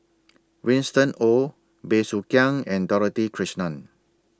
Winston Oh Bey Soo Khiang and Dorothy Krishnan